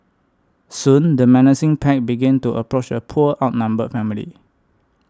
soon the menacing pack began to approach the poor outnumbered family